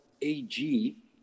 AG